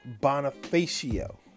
Bonifacio